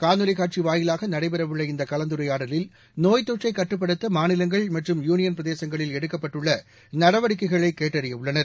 காணொலி காட்சி வாயிலாக நடைபெறவுள்ள இந்தக் கலந்துரையாடலில் நோய்த்தொற்றைக் கட்டுப்படுத்த மாநிலங்கள் மற்றும் யூனியள் பிரதேசங்களில் எடுக்கப்பட்டுள்ள நடவடிக்கைகளை கேட்டறிய உள்ளனர்